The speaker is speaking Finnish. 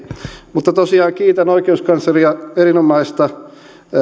mutta tosiaan kiitän oikeuskansleria erinomaisesta